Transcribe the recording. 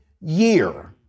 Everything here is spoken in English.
year